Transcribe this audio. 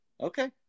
Okay